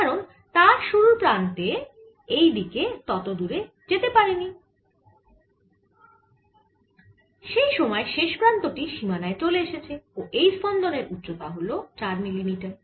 কারণ তার শুরুর প্রান্ত এইদিকে তত দূরে যেতে পারেনি যেই সময়ে শেষ প্রান্ত টি সীমানায় চলে এসেছে ও এই স্পন্দনের উচ্চতা হল 4 মিলিমিটার